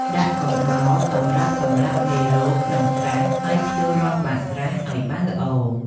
ដាក់កំបោរសម្រាប់សម្លាប់មេរោគក្នុងស្រះ ហើយភ្ជួររាស់បាតស្រះឲ្យបានល្អ។